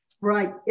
Right